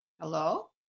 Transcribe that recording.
hello